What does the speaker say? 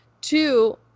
Two